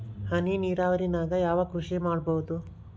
ಹನಿ ನೇರಾವರಿ ನಾಗ್ ಯಾವ್ ಕೃಷಿ ಮಾಡ್ಬೋದು?